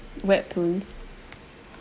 webtoon